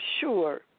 sure